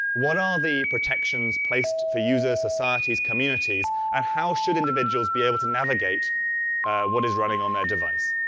what are the protections placed for users, societies, communities and how should individuals be able to navigate what is running on their device?